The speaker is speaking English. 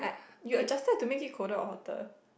you adjusted to make it colder or hotter